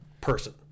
person